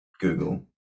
Google